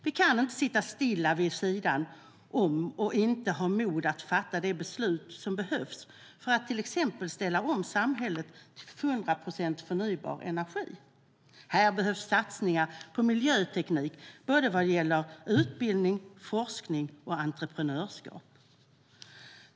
Vi kan inte sitta stilla vid sidan om och inte ha mod att fatta de beslut som behövs för att till exempel ställa om samhället till 100 procent förnybar energi. Här behövs satsningar på miljöteknik vad gäller såväl utbildning och forskning som entreprenörskap.